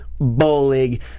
Bowling